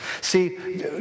See